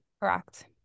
Correct